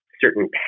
certain